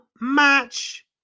match